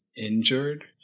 injured